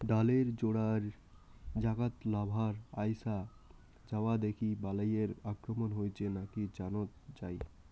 ডালের জোড়ের জাগাত লার্ভার আইসা যাওয়া দেখি বালাইয়ের আক্রমণ হইছে নাকি জানাত যাই